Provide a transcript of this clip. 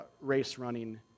race-running